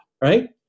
right